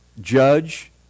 judge